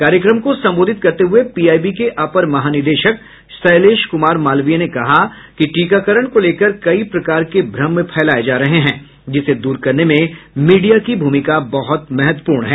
कार्यक्रम को संबोधित करते हुए पीआईबी के अपर महानिदेशक शैलेश कुमार मालवीय ने कहा कि टीकाकरण को लेकर कई प्रकार के भ्रम फैलाये जा रहे हैं जिसे दूर करने में मीडिया की भूमिका बहुत महत्वपूर्ण है